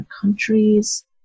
countries